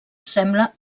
sembla